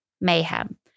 Mayhem